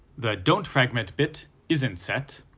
the don't fragment bit isn't set,